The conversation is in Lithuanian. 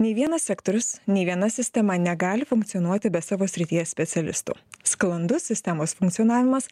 nei vienas sektorius nė viena sistema negali funkcionuoti be savo srities specialistų sklandus sistemos funkcionavimas